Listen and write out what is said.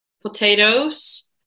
potatoes